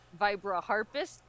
vibraharpist